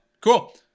Cool